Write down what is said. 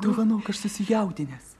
dovanok aš susijaudinęs